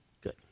good